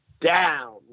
down